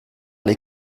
les